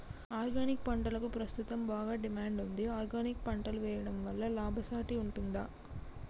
Organic పంటలకు ప్రస్తుతం బాగా డిమాండ్ ఉంది ఆర్గానిక్ పంటలు వేయడం వల్ల లాభసాటి ఉంటుందా?